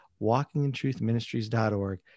walkingintruthministries.org